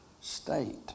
state